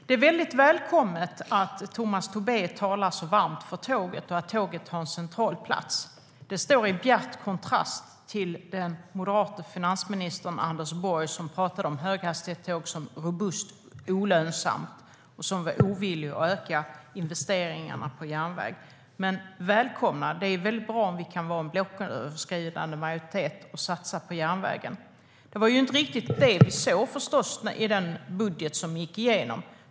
Det är välkommet att Tomas Tobé talar så varmt för tåget och att tåget har en central plats. Det står i bjärt kontrast till den moderate finansministern Anders Borg, som talade om höghastighetståg som robust olönsamt och som var ovillig att öka investeringarna på järnväg. Men jag välkomnar det; det är bra om vi kan vara en blocköverskridande majoritet som satsar på järnvägen. Det var förstås inte riktigt det vi såg i den budget som gick igenom.